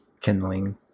kindling